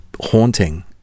haunting